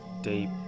deep